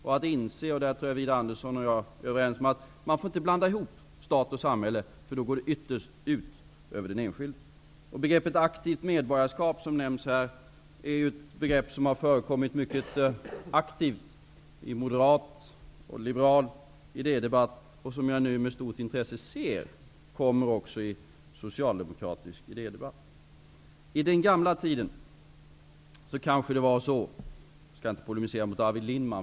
Jag tror att Widar Andersson och jag är överens om att man inte får blanda ihop stat och samhälle. Det går ytterst ut över den enskilde. Begreppet aktivt medborgarskap är ett begrepp som har förekommit mycket flitigt i moderat och liberal idédebatt och som jag nu med stort intresse ser kommer fram i socialdemokratisk idédebatt. Jag vill inte polemisera med Arvid Lindman eftersom han inte har möjlighet att replikera.